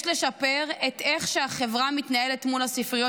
יש לשפר את איך שהחברה מתנהלת מול הספריות.